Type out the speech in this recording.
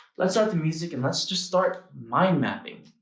let's start the music, and let's just start mind mapping